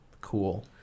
cool